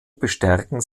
bestärken